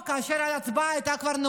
מטי צרפתי, אפרת רייטן, אלון שוסטר, נאור